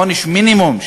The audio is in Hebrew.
עונש מינימום,